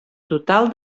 total